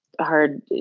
hard